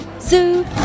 Zoo